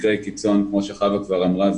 מקרי קיצון כמו שחוה כבר אמרה,